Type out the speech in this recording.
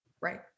Right